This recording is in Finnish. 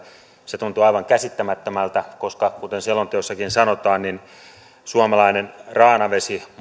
se tuntuu aivan käsittämättömältä koska kuten selonteossakin sanotaan suomalainen kraanavesi